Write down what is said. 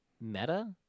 Meta